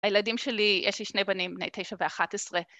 הילדים שלי, יש לי שני בנים, בני תשע ואחת עשרה.